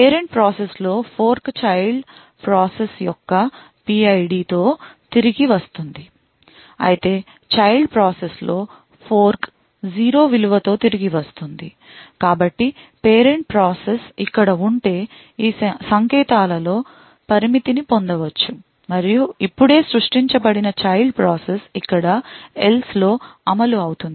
parent process లో fork child process యొక్క PID తో తిరిగి వస్తుంది అయితే చైల్డ్ ప్రాసెస్లో ఫోర్క్ 0 విలువతో తిరిగి వస్తుంది కాబట్టి పేరెంట్ ప్రాసెస్ ఇక్కడ ఉంటే ఈ సంకేతాల లో పరిమితి ని పొందవచ్చు మరియు ఇప్పుడే సృష్టించబడిన చైల్డ్ ప్రాసెస్ ఇక్కడ "else" లో అమలు అవుతుంది